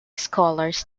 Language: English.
scholars